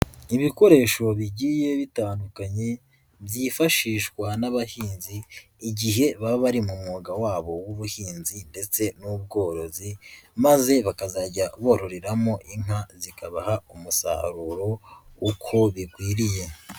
Ibikoresho bigiye bitandukanye byifashishwa n'abahinzi, igihe baba bari mu mwuga wabo w'ubuhinzi ndetse n'ubworozi, maze bakazajya bororeramo inka zikabaha umusaruro uko bigwiriye.